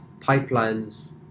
pipelines